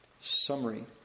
summary